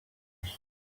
bush